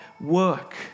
work